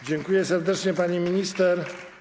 Dziękuję serdecznie, pani minister.